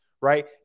right